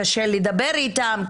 קשה לדבר איתם,